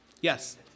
Yes